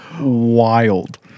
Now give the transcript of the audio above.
wild